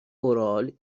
اورال